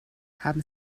haben